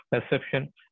perception